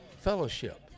fellowship